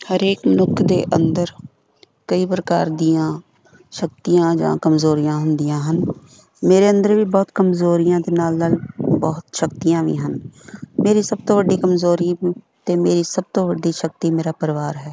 ਹਰੇਕ ਨੁਕ ਦੇ ਅੰਦਰ ਕਈ ਪ੍ਰਕਾਰ ਦੀਆਂ ਸ਼ਕਤੀਆਂ ਜਾਂ ਕਮਜ਼ੋਰੀਆਂ ਹੁੰਦੀਆਂ ਹਨ ਮੇਰੇ ਅੰਦਰ ਵੀ ਬਹੁਤ ਕਮਜ਼ੋਰੀਆਂ ਅਤੇ ਨਾਲ ਨਾਲ ਬਹੁਤ ਸ਼ਕਤੀਆਂ ਵੀ ਹਨ ਮੇਰੀ ਸਭ ਤੋਂ ਵੱਡੀ ਕਮਜ਼ੋਰੀ ਅਤੇ ਮੇਰੀ ਸਭ ਤੋਂ ਵੱਡੀ ਸ਼ਕਤੀ ਮੇਰਾ ਪਰਿਵਾਰ ਹੈ